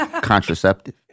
contraceptive